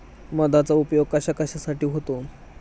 मधाचा उपयोग कशाकशासाठी होतो?